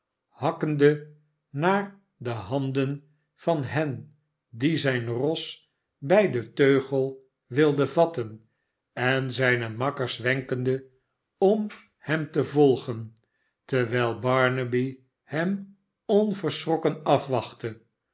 hakkende naar de handen van hen die zijn ros bij den teugel wilden vatten en zijne makkers wenkende om hem te volgen terwijl barnaby hem onverschrokken afwachtte